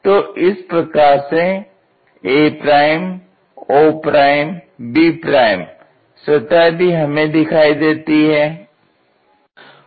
तो इसी प्रकार से a o b सतह भी हमें दिखाई देती है